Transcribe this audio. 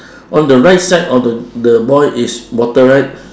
on the right side of the the boy is water right